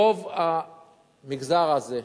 רוב המגזר הזה,